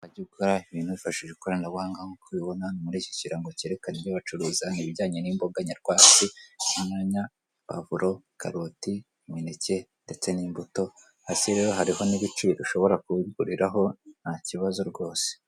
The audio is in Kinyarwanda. Gukora ibintu wifashishije ikoranabuhanga nk'uko ubibona muri iki kirango cyerekane ibyo' bacuruza ni ibijyanye n'imboga nyarwatsi, inyanya, puwavuro, karoti, imineke ndetse n'imbuto, hasi rero hariho n'ibiciro ushobora kubiguriraraho ntakibazo rwose.